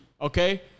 okay